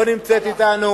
לא נמצאת אתנו